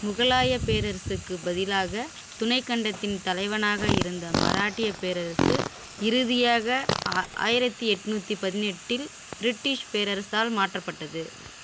முகலாயப் பேரரசுக்குப் பதிலாக துணைக் கண்டத்தின் தலைவனாக இருந்த மராட்டியப் பேரரசு இறுதியாக ஆயிரத்தி எண்நூத்தி பதினெட்டில் பிரிட்டிஷ் பேரரசால் மாற்றப்பட்டது